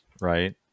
right